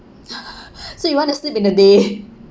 so you want to sleep in the day